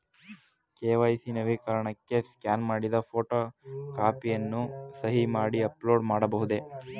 KYC ನವೀಕರಣಕ್ಕೆ scan ಮಾಡಿದ photo ಕಾಪಿಯನ್ನು ಸಹಿ ಮಾಡಿ ಅಪ್ಲೋಡ್ ಮಾಡಬಹುದೇ?